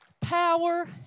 power